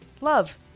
Love